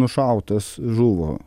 nušautas žuvo